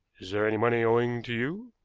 is there any money owing to you?